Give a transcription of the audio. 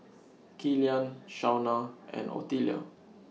Gillian Shawna and Ottilia